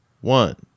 one